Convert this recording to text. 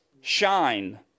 shine